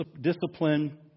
discipline